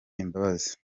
imbabazi